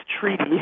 treaty